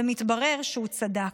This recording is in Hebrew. ומתברר שהוא צדק,